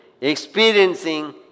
experiencing